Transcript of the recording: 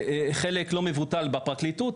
חלק לא מבוטל בפרקליטות,